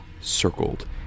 circled